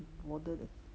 water the